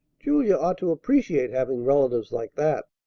julia ought to appreciate having relatives like that.